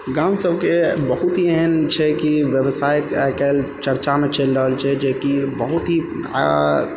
गाम सबके बहुत ही एहन छै कि व्यवसाय आइकाल्हि चर्चामे चलि रहल जे कि बहुत ही